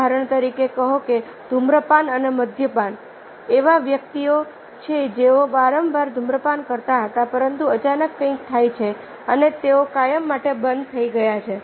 ઉદાહરણ તરીકે કહો કે ધૂમ્રપાન અને મદ્યપાન એવા વ્યક્તિઓ છે જેઓ વારંવાર ધૂમ્રપાન કરતા હતા પરંતુ અચાનક કંઈક થાય છે અને તેઓ કાયમ માટે બંધ થઈ ગયા છે